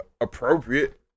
appropriate